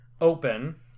open